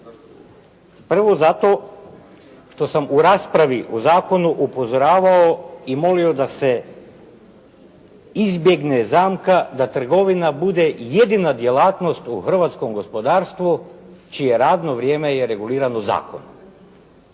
Prvo zato što sam u raspravi o zakonu upozoravao i molio da se izbjegne zamka da trgovina bude jedina djelatnost u hrvatskom gospodarstvu čije radno vrijeme je regulirano zakonom.